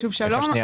אושרה.